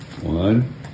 One